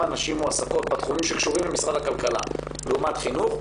נשים מועסקות בתחומים שקשורים למשרד הכלכלה לעומת חינוך,